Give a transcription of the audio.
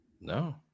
No